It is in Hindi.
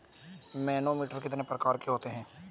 मैनोमीटर कितने प्रकार के होते हैं?